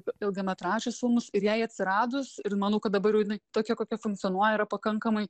ilgametražius filmus ir jai atsiradus ir manau kad dabar jau jinai tokia kokia funkcionuoja yra pakankamai